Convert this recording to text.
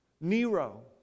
Nero